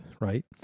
right